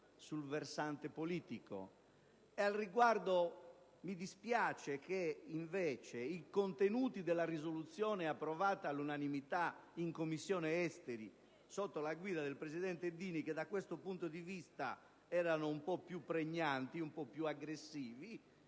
sul versante politico; a tale riguardo mi dispiace che, invece, i contenuti della risoluzione approvata all'unanimità in Commissione esteri sotto la guida del presidente Dini, che da questo punto di vista erano un po' più pregnanti, un po' più aggressivi,